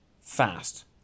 fast